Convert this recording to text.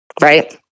Right